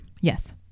Yes